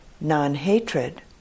non-hatred